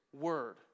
word